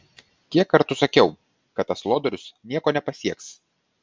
kiek kartų sakiau kad tas lodorius nieko nepasieks